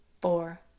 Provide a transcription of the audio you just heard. four